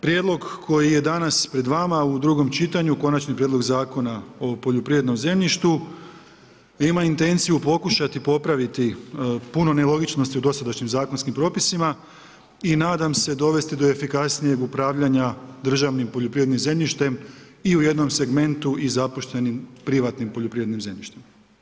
Prijedlog koji je danas pred vama u drugom čitanju, Konačni prijedlog Zakona o poljoprivrednom zemljištu, ima intenciju pokušati popraviti puno nelogičnosti u dosadašnjim zakonskim propisima i nadam se dovesti do efikasnijeg upravljanja državnim poljoprivrednim zemljištem i u jednom segmentu i zapuštenim privatnim poljoprivrednim zemljištem.